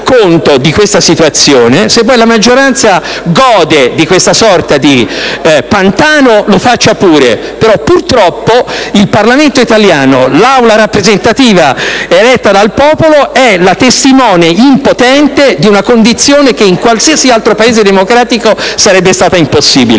Se poi la maggioranza gode di questa sorta di pantano faccia pure. Purtroppo, il Parlamento italiano, le Assemblee rappresentative elette dal popolo sono le testimoni impotente di una condizione che in qualsiasi altro Paese democratico sarebbe stata impossibile.